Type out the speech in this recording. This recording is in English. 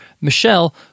Michelle